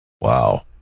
wow